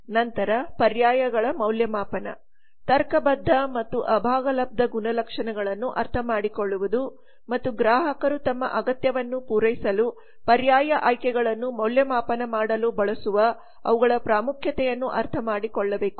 ನಂತರ ಪರ್ಯಾಯಗಳ ಮೌಲ್ಯಮಾಪನ ತರ್ಕಬದ್ಧ ಮತ್ತು ಅಭಾಗಲಬ್ಧ ಗುಣಲಕ್ಷಣಗಳನ್ನು ಅರ್ಥಮಾಡಿಕೊಳ್ಳುವುದು ಮತ್ತು ಗ್ರಾಹಕರು ತಮ್ಮ ಅಗತ್ಯವನ್ನು ಪೂರೈಸಲು ಪರ್ಯಾಯ ಆಯ್ಕೆಗಳನ್ನು ಮೌಲ್ಯಮಾಪನ ಮಾಡಲು ಬಳಸುವ ಅವುಗಳ ಪ್ರಾಮುಖ್ಯತೆಯನ್ನು ಅರ್ಥಮಾಡಿಕೊಳ್ಳುವುದು